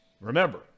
remember